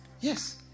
Yes